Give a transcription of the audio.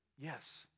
yes